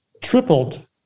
tripled